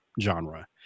genre